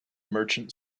merchant